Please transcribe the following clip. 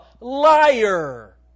liar